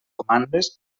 comandes